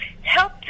Help